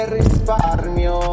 risparmio